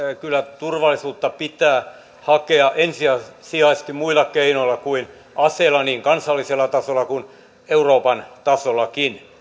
kyllä turvallisuutta pitää hakea ensisijaisesti muilla keinoilla kuin aseilla niin kansallisella tasolla kuin euroopankin tasolla